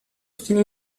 stile